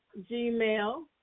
Gmail